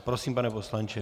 Prosím, pane poslance.